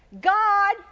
God